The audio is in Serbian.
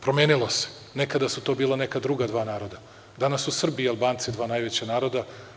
Promenilo se, nekada su to bila neka druga dva naroda, danas su Srbi i Albanci dva najveća naroda.